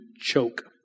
choke